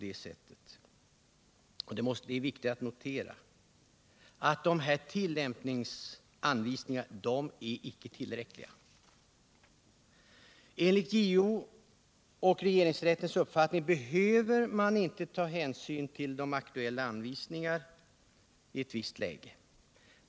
Det är viktigt att notera att dessa tillämpningsanvisningar definitivt icke är tillräckliga. Enligt JO:s och regeringsrättens uppfattning behöver man inte ta hänsyn till de aktuella anvisningarna i ett visst läge.